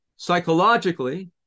psychologically